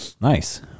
Nice